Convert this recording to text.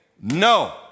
no